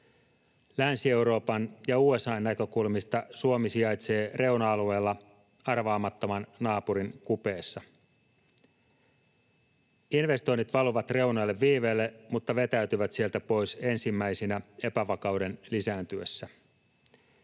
Länsi-Euroopan ja USA:n näkökulmista Suomi sijaitsee reuna-alueilla arvaamattoman naapurin kupeessa. Investoinnit valuvat reunalle viiveellä, mutta vetäytyvät sieltä pois ensimmäisinä epävakauden lisääntyessä.